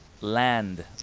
land